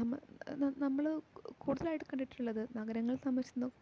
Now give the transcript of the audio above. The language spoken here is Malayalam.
നമ്മൾ നമ്മൾ കൂടുതലായിട്ട് കണ്ടിട്ടുള്ളത് നഗരങ്ങളിൽ താമസിക്കുന്ന